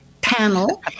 panel